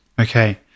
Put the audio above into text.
Okay